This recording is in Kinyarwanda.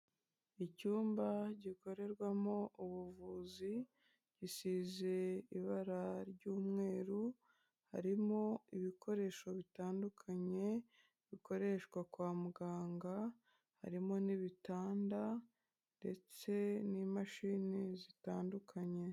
Icyumba gikorerwamo ubuvuzi, gisize ibara ry'umweru, harimo ibikoresho bitandukanye bikoreshwa kwa muganga, harimo n'ibitanda ndetse n'imashini zitandukanye.